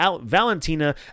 Valentina